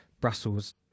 brussels